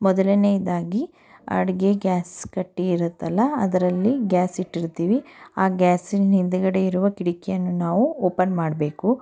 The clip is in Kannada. ಮೊದಲನೆಯದಾಗಿ ಅಡಿಗೆ ಗ್ಯಾಸ್ ಕಟ್ಟೆ ಇರುತ್ತಲ್ಲ ಅದರಲ್ಲಿ ಗ್ಯಾಸ್ ಇಟ್ಟಿರ್ತೀವಿ ಆ ಗ್ಯಾಸಿನ ಹಿಂದುಗಡೆ ಇರುವ ಕಿಟಕಿಯನ್ನು ನಾವು ಓಪನ್ ಮಾಡಬೇಕು